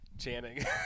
Channing